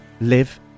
live